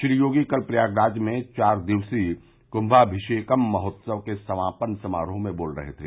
श्री योगी कल प्रयागराज में चार दिवसीय कुमामिषेकन महोत्सव के समापन समारोह में बोल रहे थे